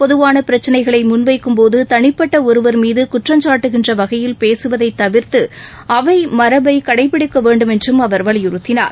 பொதுவான பிரச்சினைகளை முன்வைக்கும் போது தனிப்பட்ட ஒருவர் மீது குற்றம் சாட்டுகின்ற வகையில் பேசுவதை தவிர்த்து அவை மரபை கடைப்பிடிக்க வேண்டும் என்றும் அவர் வலியுறுத்தினார்